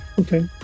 Okay